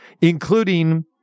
including